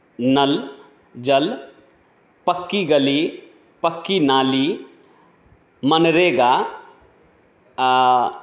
नल जल पक्की गली पक्की नाली मनरेगा आ